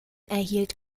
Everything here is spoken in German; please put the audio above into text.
erhielt